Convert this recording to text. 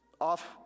off